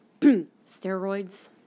steroids